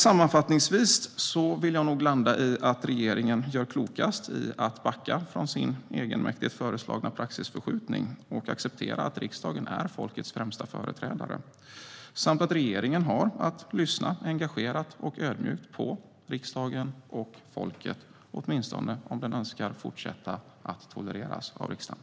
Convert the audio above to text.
Sammanfattningsvis vill jag nog landa i att regeringen gör klokast i att backa från sin egenmäktigt föreslagna praxisförskjutning och acceptera att riksdagen är folkets främsta företrädare samt att regeringen har att lyssna engagerat och ödmjukt på riksdagen och folket, åtminstone om den önskar fortsätta att tolereras av riksdagen.